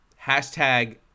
hashtag